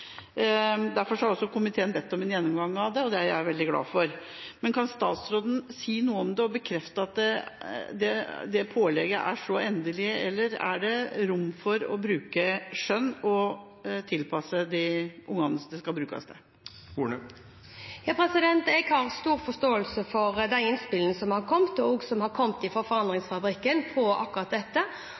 Derfor har også komiteen bedt om en gjennomgang av det, og det er jeg veldig glad for. Men kan statsråden si noe om det og bekrefte at det pålegget er så endelig, eller er det rom for å bruke skjønn og tilpasse det de ungene det skal brukes til? Jeg har stor forståelse for de innspillene som har kommet, og som også har kommet fra Forandringsfabrikken, om akkurat dette.